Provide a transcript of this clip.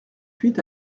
huit